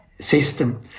system